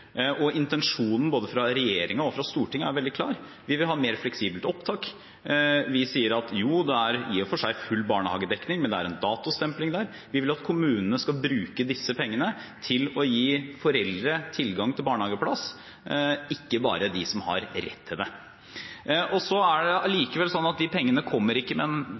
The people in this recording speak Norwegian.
og intensjonen både fra regjeringen og fra Stortinget er veldig klar. Vi vil ha et mer fleksibelt opptak. Vi sier at det i og for seg er full barnehagedekning, men det er en datostempling der. Vi vil at kommunene skal bruke disse pengene til å gi foreldre tilgang til barnehageplass, ikke bare de som har rett til det. Så er det likevel sånn at de pengene ikke kommer med en sterk øremerking. Det vil si at vi ikke